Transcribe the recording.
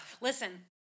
Listen